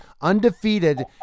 undefeated